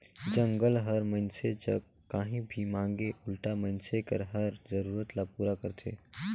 जंगल हर मइनसे जग काही नी मांगे उल्टा मइनसे कर हर जरूरत ल पूरा करथे